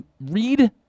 read